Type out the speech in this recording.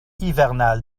hivernal